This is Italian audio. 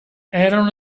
erano